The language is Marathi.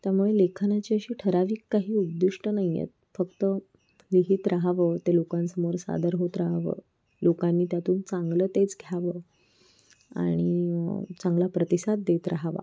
त्यामुळे लेखनाची अशी ठराविक काही उद्दिष्ट नाही आहेत फक्त लिहीत राहावं ते लोकांसमोर सादर होत राहावं लोकांनी त्यातून चांगलं तेच घ्यावं आणि चांगला प्रतिसाद देत राहावा